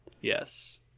yes